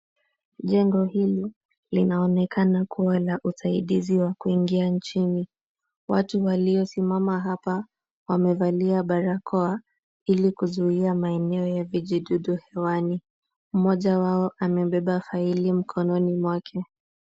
Jengo hili linaonekana kuwa na usaidizi wa kuingia nchini. Watu waliosimama hapa wamevalia barakoa ili kuzuia maeneo ya vijidudu hewani. Mmoja wao amebeba faili mkononi mwake.